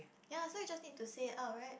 ya so you just need to say out right